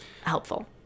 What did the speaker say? helpful